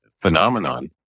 phenomenon